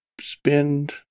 spend